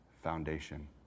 Foundation